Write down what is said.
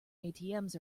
atms